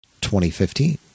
2015